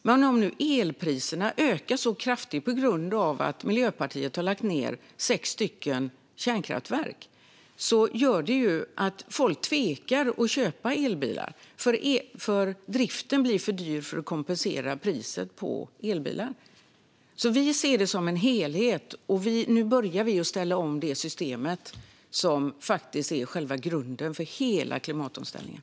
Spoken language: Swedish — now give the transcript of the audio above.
Men om nu elpriserna ökar kraftigt på grund av att Miljöpartiet har lagt ned sex kärnkraftverk gör det att folk tvekar att köpa elbilar, för driften blir för dyr för att den ska kunna kompensera priset på elbilar. Vi ser detta som en helhet, och nu börjar vi ställa om det system som faktiskt är själva grunden för hela klimatomställningen.